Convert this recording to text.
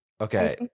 okay